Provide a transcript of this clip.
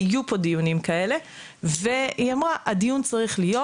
היו פה דיונים כאלה והיא אמרה שהדיון צריך להיות,